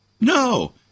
No